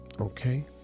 Okay